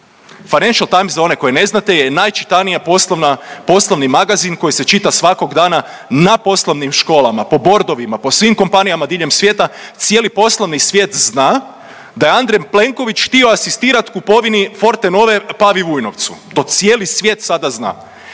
Financial Times je za one koji ne znate je najčitaniji poslovni magazin koji se čita svakog dana na poslovnim školama, po bordovima, po svim kompanijama diljem svijeta, cijeli poslovni svijet zna da je Andrej Plenković htio asistirat kupovini Fortenove Pavi Vujnovcu to cijeli svijet sada zna.